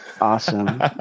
awesome